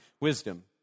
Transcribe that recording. wisdom